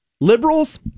liberals